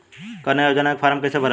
कन्या योजना के फारम् कैसे भरल जाई?